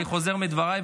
אני חוזר בי מדבריי,